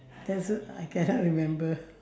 that's uh I cannot remember